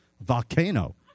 volcano